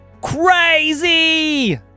CRAZY